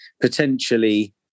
potentially